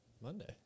Monday